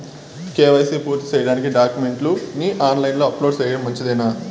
KYC పూర్తి సేయడానికి డాక్యుమెంట్లు ని ఆన్ లైను లో అప్లోడ్ సేయడం మంచిదేనా?